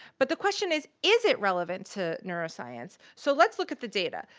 but the question is, is it relevant to neuroscience. so let's look at the data.